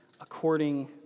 according